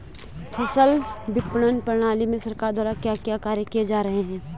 फसल विपणन प्रणाली में सरकार द्वारा क्या क्या कार्य किए जा रहे हैं?